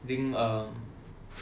um